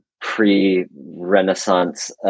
pre-Renaissance